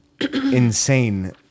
insane